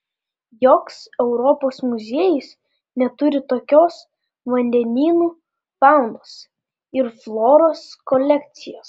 joks europos muziejus neturi tokios vandenynų faunos ir floros kolekcijos